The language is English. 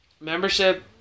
membership